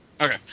Okay